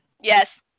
Yes